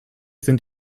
sind